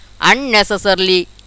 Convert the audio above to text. Unnecessarily